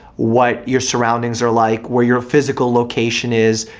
what your surroundings are like, where your physical location is,